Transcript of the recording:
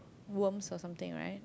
worm or something right